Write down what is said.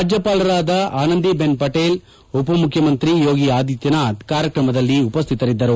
ರಾಜ್ಯಪಾಲರಾದ ಆನಂದಿಬೆನ್ ಪಟೇಲ್ ಮುಖ್ಯಮಂತ್ರಿ ಯೋಗಿ ಆದಿತ್ಯನಾಥ್ ಕಾರ್ಯಕ್ರಮದಲ್ಲಿ ಉಪಸ್ಥಿತರಿದ್ದರು